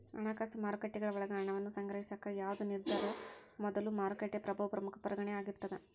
ಹಣಕಾಸು ಮಾರುಕಟ್ಟೆಗಳ ಒಳಗ ಹಣವನ್ನ ಸಂಗ್ರಹಿಸಾಕ ಯಾವ್ದ್ ನಿರ್ಧಾರದ ಮೊದಲು ಮಾರುಕಟ್ಟೆ ಪ್ರಭಾವ ಪ್ರಮುಖ ಪರಿಗಣನೆ ಆಗಿರ್ತದ